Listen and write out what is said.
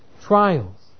Trials